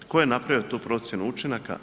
Tko je napravio tu procjenu učinaka?